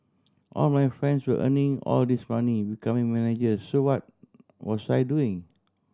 all my friends were earning all this money becoming managers so what was I doing